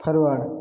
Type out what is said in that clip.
forward